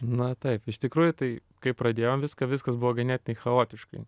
na taip iš tikrųjų tai kai pradėjom viską viskas buvo ganėtinai chaotiškai